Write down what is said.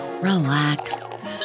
relax